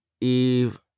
Eve